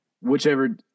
whichever